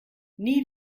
nie